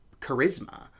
charisma